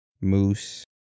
Moose